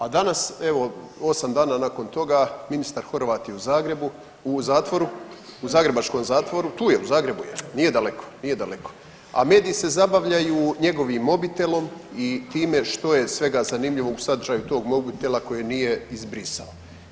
A danas evo 8 dana nakon toga ministar Horvat je u Zagrebu, u zatvoru, u zagrebačkom zatvoru tu je nije daleko, nije daleko, a mediji se zabavljaju njegovim mobitelom i time što je svega zanimljivo u sadržaju tog mobitela koje nije izbrisao.